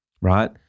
right